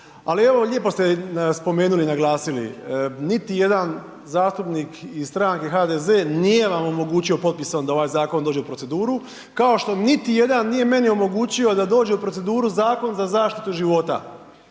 Ali evo, lijepo ste spomenuli i naglasili. Niti jedan zastupnik iz stranke HDZ-e nije vam omogućio potpisom da ovaj zakon dođe u proceduru, kao što niti jedan nije meni omogućio da dođe u proceduru Zakon za zaštitu života.